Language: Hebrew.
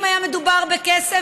אם היה מדובר בכסף,